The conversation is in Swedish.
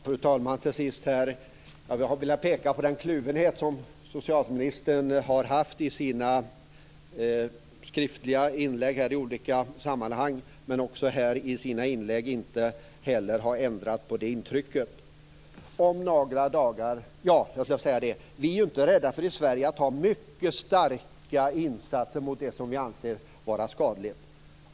Fru talman! Vi har velat peka på den kluvenhet som socialministern har haft i sina skriftliga inlägg i olika sammanhang. Han har i sina inlägg här inte heller ändrat på det intrycket. Vi i Sverige är ju inte rädda för att göra mycket starka insatser mot det som vi anser vara skadligt.